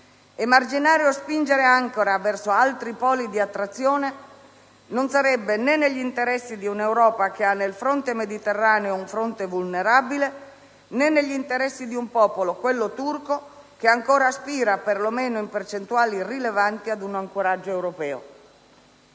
Emarginare o spingere Ankara verso altri poli di attrazione non sarebbe né negli interessi di un'Europa che ha nel fronte mediterraneo un fronte vulnerabile, né negli interessi di un popolo, quello turco, che ancora aspira - per lo meno in percentuali rilevanti - ad un ancoraggio europeo.